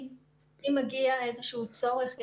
אם מגיע איזשהו צורך,